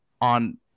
on